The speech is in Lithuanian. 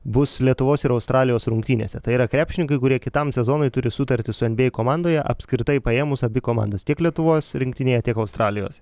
bus lietuvos ir australijos rungtynėse tai yra krepšininkai kurie kitam sezonui turi sutartis su nba komandoje apskritai paėmus abi komandas tiek lietuvos rinktinėje tiek australijos